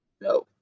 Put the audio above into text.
no